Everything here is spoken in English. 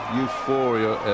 euphoria